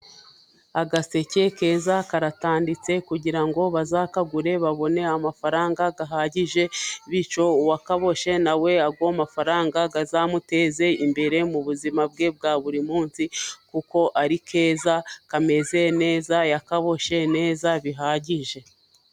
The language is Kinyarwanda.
Agaseke keza karatanditse kugira ngo bazakagure babone amafaranga ahagije, bityo uwakaboshye nawe ayo mafaranga azamuteze imbere mu buzima bwe bwa buri munsi kuko ari keza, kameze neza, yakaboshye neza bihagije.